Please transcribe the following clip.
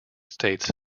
states